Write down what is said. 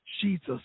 Jesus